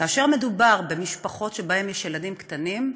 כאשר מדובר במשפחות שיש בהן ילדים קטנים,